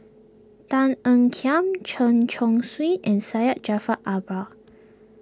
Tan Ean Kiam Chen Chong Swee and Syed Jaafar Albar